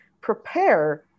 prepare